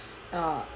uh